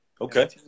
Okay